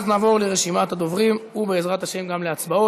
הצעת התיקון של ועדת הכנסת התקבלה.